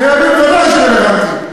זה רלוונטי לאדם?